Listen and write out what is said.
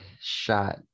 shot